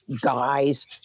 guys